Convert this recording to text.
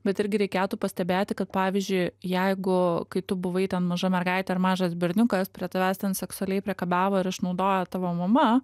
bet irgi reikėtų pastebėti kad pavyzdžiui jeigu kai tu buvai ten maža mergaitė ar mažas berniukas prie tavęs ten seksualiai priekabiavo ir išnaudojo tavo mama